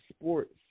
sports